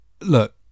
look